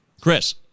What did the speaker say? Chris